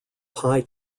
pie